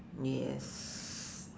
yes